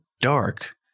dark